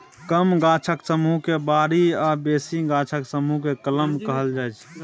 कम गाछक समुह केँ बारी आ बेसी गाछक समुह केँ कलम कहल जाइ छै